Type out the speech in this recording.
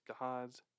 God's